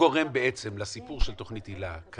שגורם בעצם לסיפור של תוכנית היל"ה,